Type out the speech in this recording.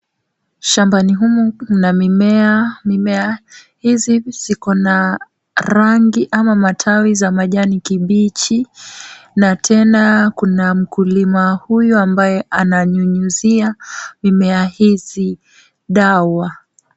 Shambani humu mna mimea. Mimea hizi ziko na rangi ama matawi za majani kibichi, na tena kuna mkulima huyu ambaye ananyunyizia mimea hizi dawa.